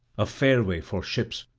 a fairway for ships,